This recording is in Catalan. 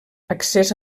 accés